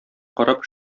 карап